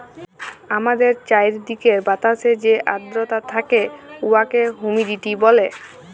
আমাদের চাইরদিকের বাতাসে যে আদ্রতা থ্যাকে উয়াকে হুমিডিটি ব্যলে